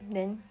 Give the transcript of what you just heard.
then